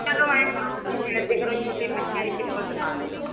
ਚਲੋ ਐਂਉਂ ਕਰੋ ਤੁਸੀਂ ਸਾਈਡ 'ਤੇ ਕਰੋ ਛੋਟੇ ਬੱਚਿਆਂ ਦੀ ਸਲਿੱਪਰ ਦਿਖਾ ਦੇਣਾ